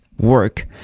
work